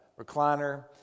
recliner